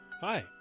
Hi